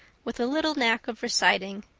with a little knack of reciting.